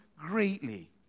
greatly